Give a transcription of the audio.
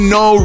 no